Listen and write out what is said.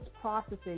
processing